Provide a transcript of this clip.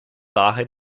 daher